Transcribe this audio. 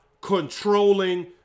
controlling